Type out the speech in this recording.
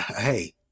Hey